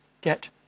get